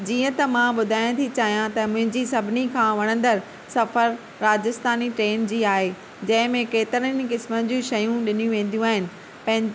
जीअं त मां ॿुधायां थी चाहियां त मुंहिंजी सभिनी खां वणंदड़ सफ़र राजस्थानी ट्रेन जी आहे जंहिं में केतिरनि ई क़िस्मनि जी शयूं ॾिनी वेंदियूं आहिनि ऐं